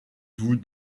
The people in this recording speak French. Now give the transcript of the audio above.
vous